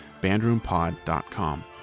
bandroompod.com